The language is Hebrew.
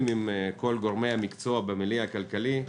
עם כל גורמי המקצוע במילייה הכלכלי.